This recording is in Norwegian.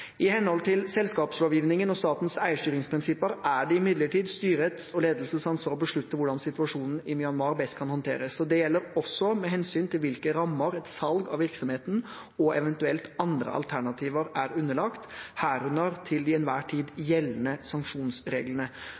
I henhold til selskapslovgivningen og statens eierstyringsprinsipper er det imidlertid styrets og ledelsens ansvar å beslutte hvordan situasjonen i Myanmar best kan håndteres. Det gjelder også med hensyn til hvilke rammer et salg av virksomheten og eventuelt andre alternativer er underlagt, herunder de til enhver tid gjeldende sanksjonsreglene.